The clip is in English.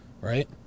right